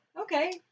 Okay